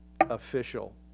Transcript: official